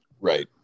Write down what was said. Right